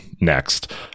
next